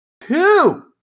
Two